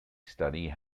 study